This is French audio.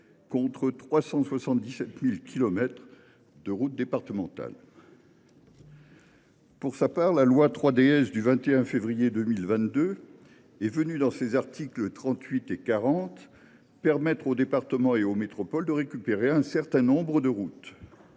contre 37 000 kilomètres de routes départementales. Pour sa part, la loi 3DS du 21 février 2022 en ses articles 38 et 40 permet aux départements et aux métropoles de récupérer un certain nombre de routes.